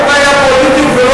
הבעיה היא בעיה פוליטית.